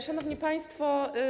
Szanowni Państwo!